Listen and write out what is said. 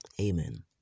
Amen